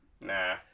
Nah